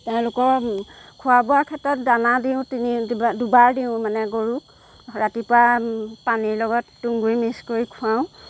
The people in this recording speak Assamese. তেওঁলোকৰ খোৱা বোৱা ক্ষেত্ৰত দানা দিওঁ তিনি দুবাৰ দিওঁ মানে গৰুক ৰাতিপুৱা পানীৰ লগত তুহঁগুৰি মিক্স কৰি খোৱাওঁ